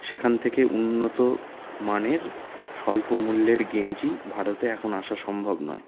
সেখান থেকে উন্নত মানের স্বল্প মূল্যের গেঞ্জি ভারতে এখন আসা সম্ভব নয়